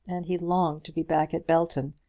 and he longed to be back at belton,